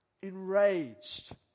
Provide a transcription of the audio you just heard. enraged